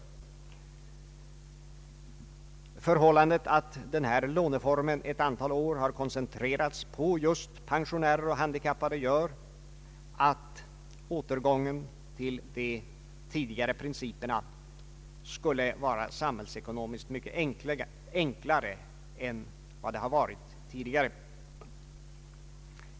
Det förhållandet att denna låneform ett antal år har koncentrerats på just pensionärer och handikappade gör att återgången till de tidigare principerna skulle vara samhällsekonomiskt mycket enklare än tidigare.